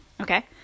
okay